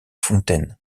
fontaines